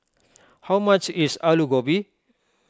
how much is Alu Gobi